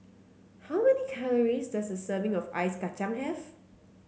how many calories does a serving of Ice Kacang have